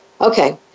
Okay